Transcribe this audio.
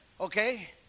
okay